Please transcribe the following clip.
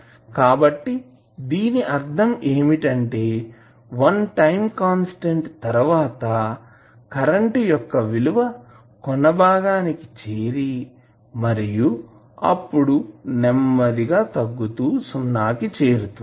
కాబట్టి దీని అర్ధం ఏమిటంటే వన్ టైం కాన్స్టాంట్ తర్వాత కరెంటు యొక్క విలువ కొన భాగానికి చేరి మరియు అప్పుడు నెమ్మదిగా తగ్గుతూ సున్నాకు చేరుతుంది